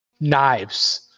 knives